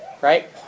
right